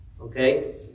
Okay